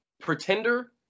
pretender